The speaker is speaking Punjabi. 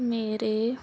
ਮੇਰੇ